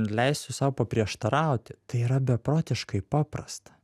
leisiu sau paprieštarauti tai yra beprotiškai paprasta